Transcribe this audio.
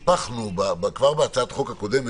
היפכנו כבר בהצעת החוק הקודמת,